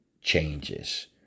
changes